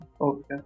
Okay